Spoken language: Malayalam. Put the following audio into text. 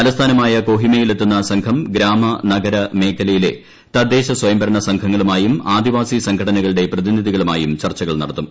തലസ്ഥാനമായ കൊഹിമയിൽ എത്തുന്ന സംഘം ഗ്രാമ നഗര മേഖലയിലെ തദ്ദേശ സ്വയംഭരണിച്ച സംഘങ്ങളുമായും ആദിവാസി സംഘടനകളുടെ പ്രതിനിധിക്കൂറുമായും ചർച്ചകൾ നടത്തും